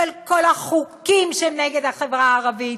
של כל החוקים שהם נגד החברה הערבית,